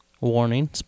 Warning